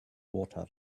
water